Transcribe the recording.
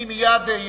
אני מייד איעצר,